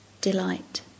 delight